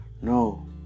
No